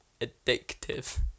addictive